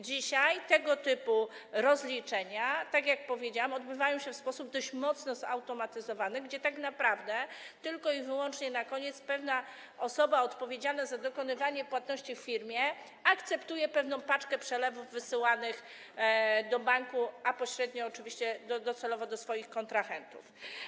Dzisiaj tego typu rozliczenia, tak jak powiedziałam, odbywają się w sposób dość mocno zautomatyzowany, tak naprawdę tylko i wyłącznie na koniec pewna osoba odpowiedzialna za dokonywanie płatności w firmie akceptuje pewną paczkę przelewów wysyłanych do banku, a pośrednio oczywiście docelowo do swoich kontrahentów.